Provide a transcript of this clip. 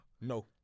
No